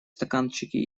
стаканчики